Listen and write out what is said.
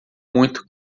muito